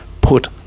put